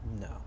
no